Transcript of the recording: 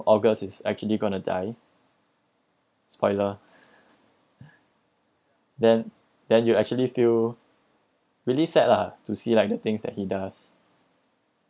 augustus is actually going to die spoiler then then you actually feel really sad lah to see like the things that he does